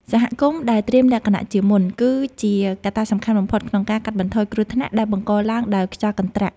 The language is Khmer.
សហគមន៍ដែលត្រៀមលក្ខណៈជាមុន គឺជាកត្តាសំខាន់បំផុតក្នុងការកាត់បន្ថយគ្រោះថ្នាក់ដែលបង្កឡើងដោយខ្យល់កន្ត្រាក់។